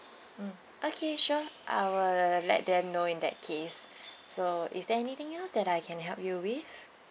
mm okay sure I will let them know in that case so is there anything else that I can help you with